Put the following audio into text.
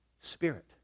Spirit